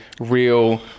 real